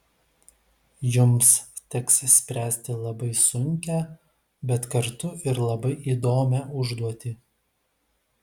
jums teks spręsti labai sunkią bet kartu ir labai įdomią užduotį